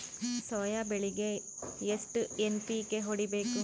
Soya ಬೆಳಿಗಿ ಎಷ್ಟು NPK ಹೊಡಿಬೇಕು?